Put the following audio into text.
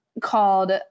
called